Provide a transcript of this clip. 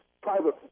private